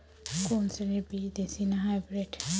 কোন শ্রেণীর বীজ দেশী না হাইব্রিড?